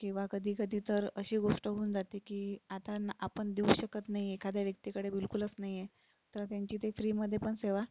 किंवा कधी कधी तर अशी गोष्ट होऊन जाते की आता न आपण देऊ शकत नाही आहे एखाद्या व्यक्तीकडे बिलकुलच नाही आहे तर त्यांची ते फ्रीमध्ये पण सेवा